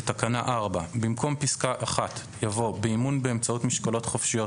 בתקנה 4 - במקום פסקה (1) יבוא: "(1) באימון באמצעות משקולות חופשיות,